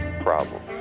problem